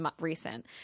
recent